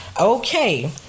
Okay